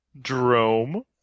Drome